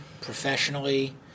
professionally